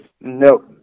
no